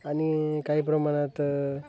आणि काही प्रमाणात